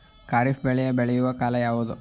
ಖಾರಿಫ್ ಬೆಳೆ ಬೆಳೆಯುವ ಕಾಲ ಯಾವುದು?